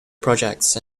projects